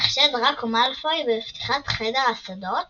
נחשד דראקו מאלפוי בפתיחת חדר הסודות